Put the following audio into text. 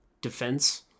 defense